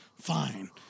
fine